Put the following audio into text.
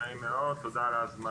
נעים מאוד, תודה על ההזמנה,